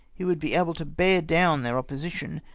he would be able to bear down their opposition,